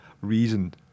Reason